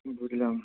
বুঝলাম